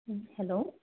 hello